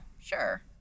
sure